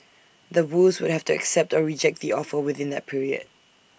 The Woos would have to accept or reject the offer within that period